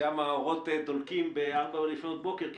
שם האורות דולקים בארבע לפנות בוקר,